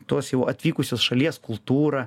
tos jau atvykusios šalies kultūrą